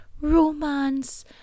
romance